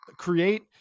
Create